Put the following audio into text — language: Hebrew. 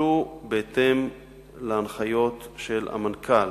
יטופלו בהתאם להנחיות המנכ"ל,